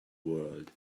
world